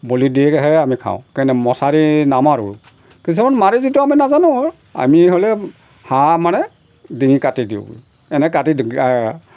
বলি দিয়েহে আমি খাওঁ কেনে মছাৰী নামাৰো কিছুমান মাৰি যিটো আমি নাজানো আৰু আমি হ'লে হাঁহ মানে ডিঙি কাটি দিওঁ এনে কাটি